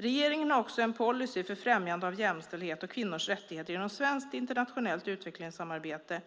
Regeringen har också en policy för främjande av jämställdhet och kvinnors rättigheter genom svenskt internationellt utvecklingssamarbete